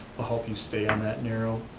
help you stay on that narrow,